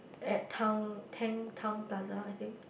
at Tang Tang Tang-Plaza I think